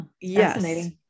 yes